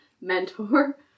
mentor